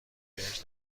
بهش